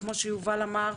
כמו שיובל אמר,